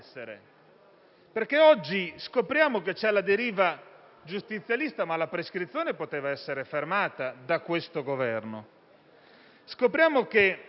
essere. Oggi scopriamo che c'è la deriva giustizialista, ma la prescrizione poteva essere fermata da questo Governo.